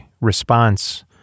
response